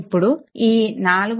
ఇప్పుడు ఈ 4